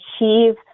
achieve